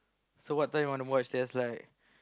so what time you wanna watch there's like